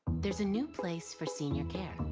there's a new place for senior care,